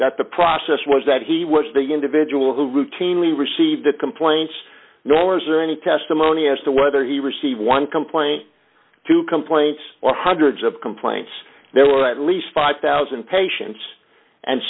that the process was that he was the individual who routinely received the complaints nor is there any testimony as to whether he received one complaint two complaints or hundreds of complaints there were at least five thousand patients and